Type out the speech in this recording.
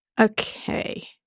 Okay